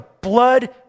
blood